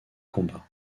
combat